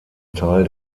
teil